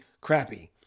crappy